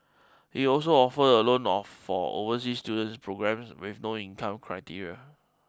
it also offer a loan of for overseas student programmes with no income criteria